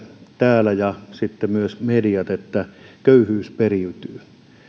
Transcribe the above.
täällä ja myös mediat että köyhyys periytyy